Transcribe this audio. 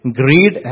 greed